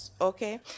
okay